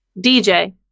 DJ